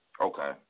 Okay